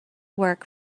work